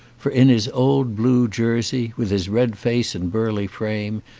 for in his old blue jersey, with his red face and burly frame,